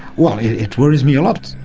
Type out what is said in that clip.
well, it worries me a lot.